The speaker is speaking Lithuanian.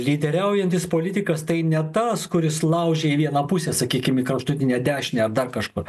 lyderiaujantis politikas tai ne tas kuris laužė į vieną pusę sakykim į kraštutinę dešinę ar dar kažkur